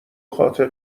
خاطر